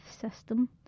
System